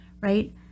right